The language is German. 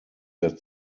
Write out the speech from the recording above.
der